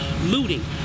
looting